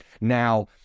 now